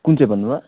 कुन चाहिँ भन्नु भयो